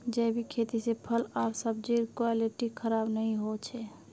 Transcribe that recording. जैविक खेती से फल आर सब्जिर क्वालिटी खराब नहीं हो छे